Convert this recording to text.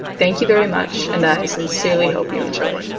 thank you very much and i sincerely hope you enjoy.